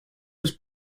was